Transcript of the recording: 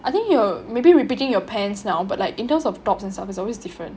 I think you maybe repeating your pants now but like in terms of tops and stuff is always different